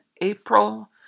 April